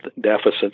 deficits